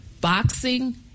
boxing